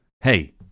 hey